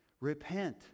Repent